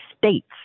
States